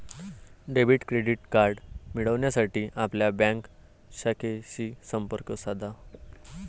debit credit card मिळविण्यासाठी आपल्या bank शाखेशी संपर्क साधा